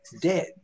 dead